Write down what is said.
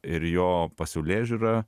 ir jo pasaulėžiūra